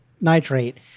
nitrate